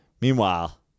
Meanwhile